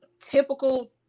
typical